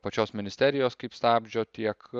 pačios ministerijos kaip stabdžio tiek